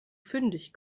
fündig